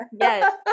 Yes